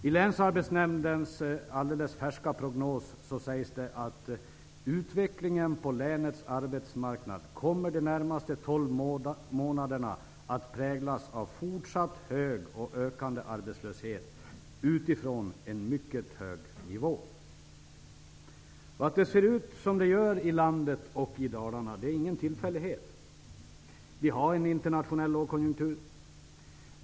I Länsarbetsnämndens alldeles färska prognos sägs det: Utvecklingen på länets arbetsmarknad kommer de närmaste tolv månaderna att präglas av fortsatt hög och ökande arbetslöshet, utifrån en mycket hög nivå. Att det ser ut som det gör i landet och i Dalarna är ingen tillfällighet. Vi har en internationell lågkonjunktur.